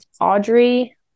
Audrey